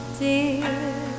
dear